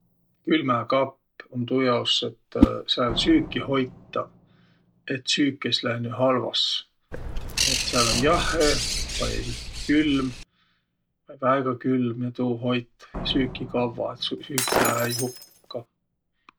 Külmäkapp um tuujaos, et sääl süüki hoitaq, et süük es lännüq halvas. Et sääl um jahhe vai külm vai väega külm ja tuu hoit süüki kavva, et su süük lää-äi hukka.